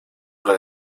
oder